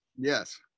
Yes